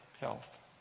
health